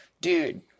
dude